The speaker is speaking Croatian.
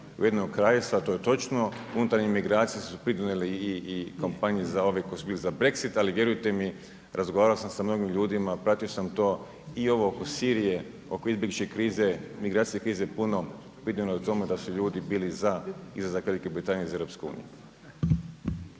Ujedinjenog Kraljevstva, a to je točno unutarnje imigracije su pridonijele i kampanji ovih koji su bili za Brexsit. Ali vjerujte mi razgovarao sam sa mnogim ljudima, pratio sam to i ovo oko Sirije, oko izbjegličke krize, migracijske krize puno …/Govornik se ne razumije./… ljudi bili za izlazak Velike Britanije iz EU. **Reiner,